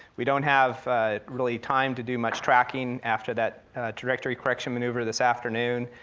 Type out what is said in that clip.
we don't have really time to do much tracking after that trajectory correction maneuver this afternoon,